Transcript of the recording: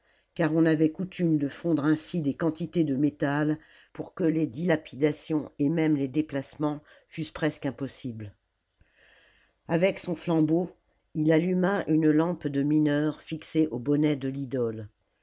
car on avait coutume de fondre ainsi des quantités de métal pour que les dilapidations et même les déplacements fussent presque impossibles avec son flambeau il alluma une lampe de mineur fixée au bonnet de l'idole